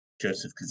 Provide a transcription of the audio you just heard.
Joseph